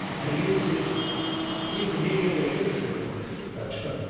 and he used his he used a medium that he uses for opinions twitter.